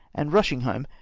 and rushing home,